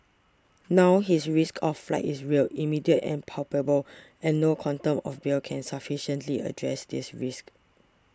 now his risk of flight is real immediate and palpable and no quantum of bail can sufficiently address this risk